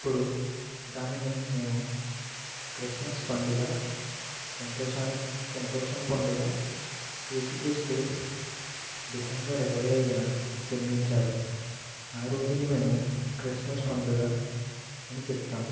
ఇప్పుడు దానిని మేము క్రిస్మస్ పండగ సంతోషానికి సంతోషం పండగ యేసుక్రీస్తు డిసెంబర్ ఇరవై ఐదున జన్మించారు ఆ రోజునే మేము క్రిస్మస్ పండగ అని చెప్తాము